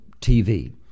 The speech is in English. TV